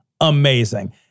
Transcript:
amazing